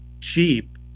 cheap